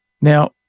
Now